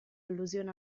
allusione